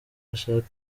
bashaka